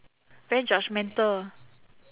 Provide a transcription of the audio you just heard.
very judgemental